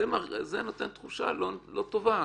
זה נותן תחושה לא טובה.